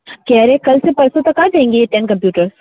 कह रहे हैं कल से परसों तक आ जाएंगी ये टेन कंप्यूटर